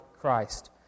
Christ